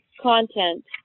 content